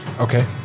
Okay